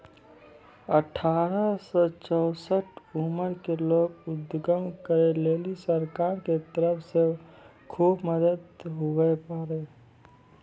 अठारह से चौसठ उमर के लोग उद्यम करै लेली सरकार के तरफ से खुब मदद हुवै पारै